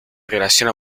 relación